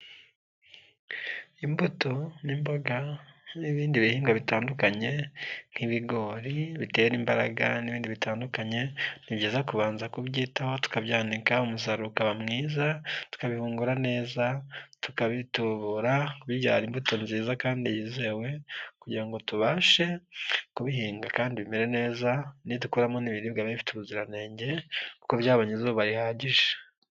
Imbuto n'imboga n'ibindi bihingwa bitandukanye nk'ibigori bitera imbaraga n'ibindi bitandukanye ni byiza kubanza kubyitaho tukabyanika umusaruro ukaba mwiza tukabihungura neza tukabitobura bibyara imbuto nziza kandi yizewe kugirango ngo tubashe kubihinga kandi bimere neza nidukuramo n'iribwa bifite ubuziranenge kuko byabonye izuba rihagije.